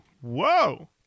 whoa